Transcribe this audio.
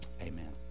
amen